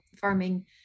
farming